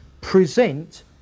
present